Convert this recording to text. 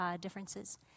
differences